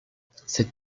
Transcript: cette